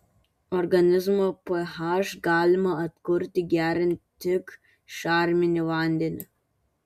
organizmo ph galima atkurti geriant tik šarminį vandenį